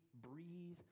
breathe